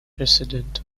president